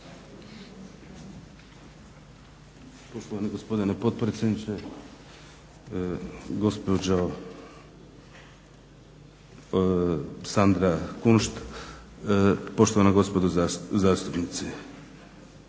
Poštovani gospodine potpredsjedniče, gospođo Sandra Kunšt, poštovana gospodo zastupnici.